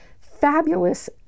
fabulous